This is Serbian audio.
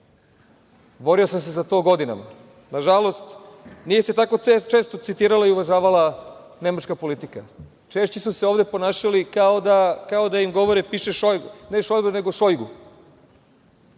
Borio sam se za to godinama. Nažalost, nije se tako često citirala i uvažavala nemačka politika. Češće su se ovde ponašali kao da im govori Šojgu, ruski